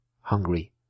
hungry